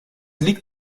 liegt